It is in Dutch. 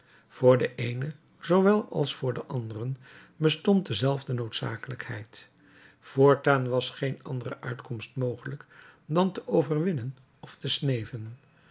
voor de eenen zoowel als voor de anderen bestond dezelfde noodzakelijkheid voortaan was geen andere uitkomst mogelijk dan te overwinnen of te sneven